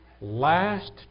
last